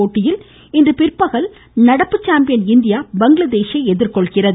போட்டியில் இன்று பிற்பகல் நடப்பு சாம்பியன் இந்தியா பங்களாதேஷை எதிர்கொள்கிறது